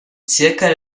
zirkel